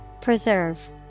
Preserve